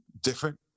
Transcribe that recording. different